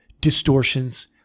distortions